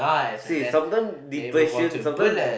see sometime depression sometime